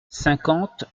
cinquante